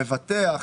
מבטח,